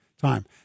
time